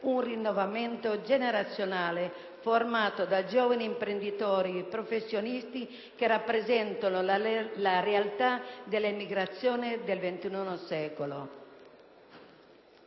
un rinnovamento generazionale formato da giovani imprenditori, professionisti che rappresentano la realtà dell'emigrazione del ventunesimo